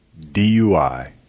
DUI